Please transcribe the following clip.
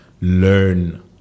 learn